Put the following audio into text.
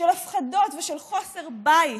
של הפחדות ושל חוסר בית,